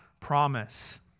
promise